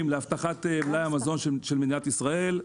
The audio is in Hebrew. להבטחת מלאי המזון של מדינת ישראל.